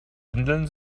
windeln